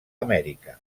amèrica